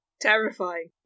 Terrifying